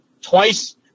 twice